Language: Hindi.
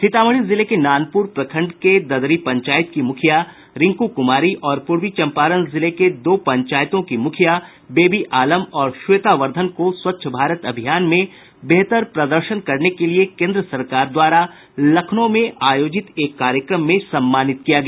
सीतामढ़ी जिले के नानपुर प्रखंड के ददरी पंचायत की मुखिया रिंकू कुमारी और पूर्वी चंपारण जिले के दो पंचायतों की मुखिया बेबी आलम और श्वेता वर्द्धन को स्वच्छ भारत अभियान में बेहतर प्रदर्शन करने के लिये केन्द्र सरकार द्वारा लखनऊ में आयोजित एक कार्यक्रम में सम्मानित किया गया